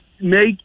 make